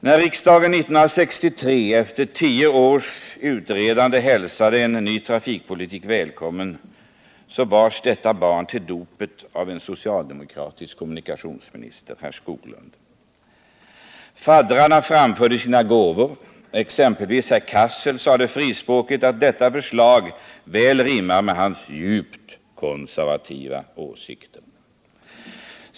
När riksdagen 1963 efter 10 års utredande hälsade en ny trafikpolitik välkommen, så bars detta barn till dopet av en socialdemokratisk kommunikationsminister: herr Skoglund. Faddrarna frambar sina gåvor. Herr Cassel sade frispråkigt att detta förslag väl rimmade med hans djupt konservativa åsikter.